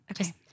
Okay